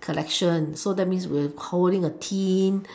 collection so that means we'll holding a tin